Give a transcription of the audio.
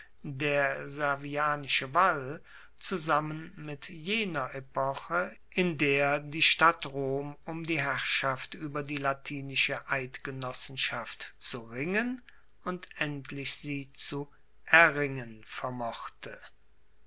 der servianische wall zusammen mit jener epoche in der die stadt rom um die herrschaft ueber die latinische eidgenossenschaft zu ringen und endlich sie zu erringen vermochte